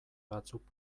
batzuk